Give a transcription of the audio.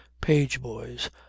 page-boys